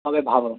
তবে ভাবো